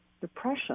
Depression